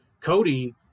Cody